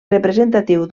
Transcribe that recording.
representatiu